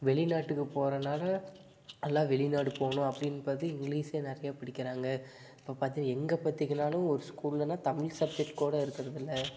வெளிநாட்டுக்கு போகிறனால எல்லாம் வெளிநாடு போகணும் அப்படினு பார்த்து இங்கிலிஷ்ஷே நிறையா படிக்கிறாங்க இப்போ பார்த்திங்க எங்கே பார்த்திங்கனாலும் ஒரு ஸ்கூல்லனால் தமிழ் சப்ஜெக்ட் கூட இருக்கிறது இல்லை